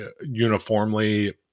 uniformly